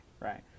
right